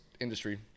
industry